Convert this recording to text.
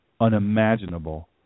unimaginable